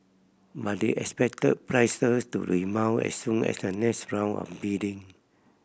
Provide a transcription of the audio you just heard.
but they expect prices to rebound as soon as the next round of bidding